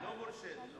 לא מורשה.